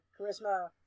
charisma